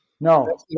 No